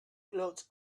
clothes